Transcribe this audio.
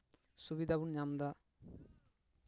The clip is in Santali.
ᱥᱩᱵᱤᱫᱷᱟ ᱵᱚᱱ ᱧᱟᱢᱫᱟ